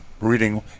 reading